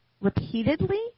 repeatedly